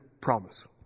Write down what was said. promise